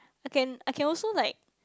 I can I can also like